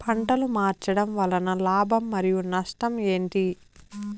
పంటలు మార్చడం వలన లాభం మరియు నష్టం ఏంటి